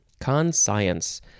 Conscience